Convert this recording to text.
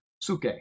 suke